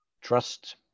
trust